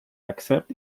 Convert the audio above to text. accept